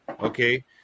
okay